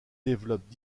développent